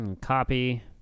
copy